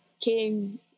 came